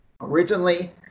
originally